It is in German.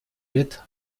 wird